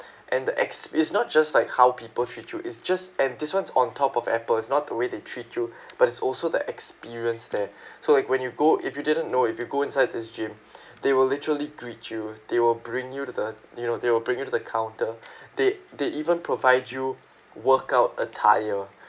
and the ex~ it's not just like how people treat you it's just and this one's on top of Apple is not the way they treat you but it's also the experience there so like when you go if you didn't know if you go inside this gym they will literally greet you they will bring you to the you know they will bring you to the counter they they even provide you workout attire